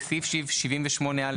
סעיף 78(א)